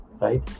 Right